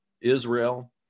Israel